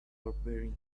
barbarian